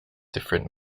different